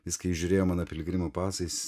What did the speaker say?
jis kai žiūrėjo mano piligrimo pasą jis